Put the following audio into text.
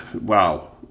wow